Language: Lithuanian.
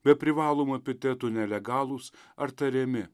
be privalomų epitetų nelegalūs ar tariami